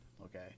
okay